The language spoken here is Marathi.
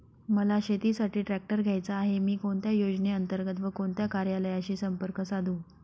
मला शेतीसाठी ट्रॅक्टर घ्यायचा आहे, मी कोणत्या योजने अंतर्गत व कोणत्या कार्यालयाशी संपर्क साधू?